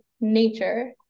nature